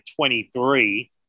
23